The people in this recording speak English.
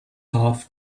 half